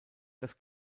das